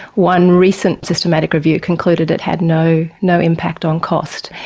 one recent systematic review concluded it had no no impact on costs,